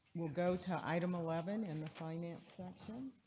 will go to item eleven in the finance section.